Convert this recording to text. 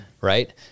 right